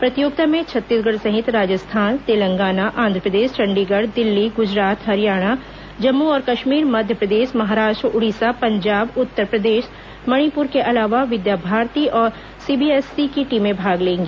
प्रतियोगिता में छत्तीसगढ़ सहित राजस्थान तेलंगाना आंध्रप्रदेश चंडीगढ़ दिल्ली गुजरात हरियाणा जम्मू और कश्मीर मध्यप्रदेश महाराष्ट्र उड़ीसा पंजाब उत्तर प्रदेश मणिपुर के अलावा विद्याभारती और सीबीएसई की टीमें भाग लेंगी